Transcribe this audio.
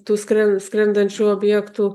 tų skren skrendančių objektų